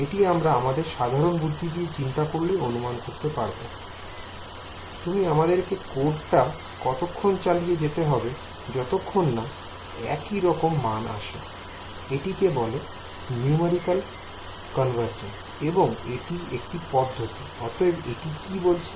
এটি আমরা আমাদের সাধারন বুদ্ধি দিয়ে চিন্তা করলেই অনুমান করতে পারব I তুমি আমাদেরকে কোড টা কতক্ষণ চালিয়ে যেতে হবে যতক্ষণ না একই রকম মান আসে I এটিকে বলে নিউমেরিক্যাল কনভারজেন্স এবং এটি এর পদ্ধতি I অতএব এটি কি বলছে